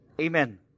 Amen